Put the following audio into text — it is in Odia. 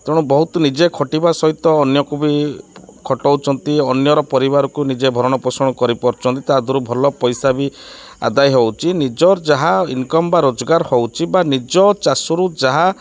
ତେଣୁ ବହୁତ ନିଜେ ଖଟିବା ସହିତ ଅନ୍ୟକୁ ବି ଖଟାଉଛନ୍ତି ଅନ୍ୟର ପରିବାରକୁ ନିଜେ ଭରଣ ପୋଷଣ କରିପାରୁଛନ୍ତି ତା'ଦେହରୁ ଭଲ ପଇସା ବି ଆଦାୟ ହେଉଛି ନିଜର ଯାହା ଇନକମ୍ ବା ରୋଜଗାର ହେଉଛି ବା ନିଜ ଚାଷରୁ ଯାହା